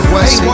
West